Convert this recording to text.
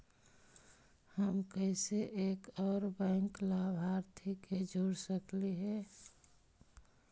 हम कैसे एक और बैंक लाभार्थी के जोड़ सकली हे?